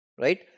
Right